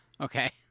Okay